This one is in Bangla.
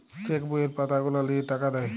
চেক বইয়ের পাতা গুলা লিয়ে টাকা দেয়